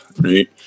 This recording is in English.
Right